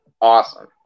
awesome